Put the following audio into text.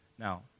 Now